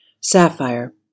sapphire